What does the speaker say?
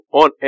on